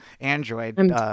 android